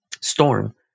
storm